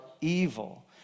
evil